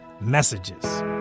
messages